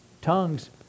tongues